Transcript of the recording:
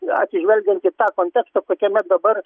atsižvelgiant į tą kontekstą kokiame dabar